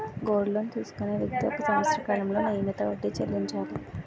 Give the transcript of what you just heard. gold loan తీసుకునే వ్యక్తి ఒక సంవత్సర కాలంలో నియమిత వడ్డీ చెల్లించాలి